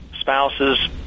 spouses